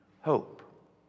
hope